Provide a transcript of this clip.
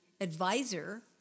advisor